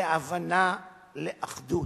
להבנה, לאחדות.